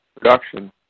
production